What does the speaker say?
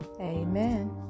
amen